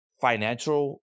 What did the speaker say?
financial